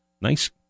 nice